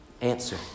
Answer